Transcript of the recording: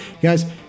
guys